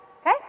Okay